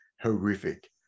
horrific